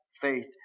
faith